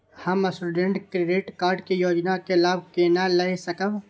हम student credit card के योजना के लाभ केना लय सकब?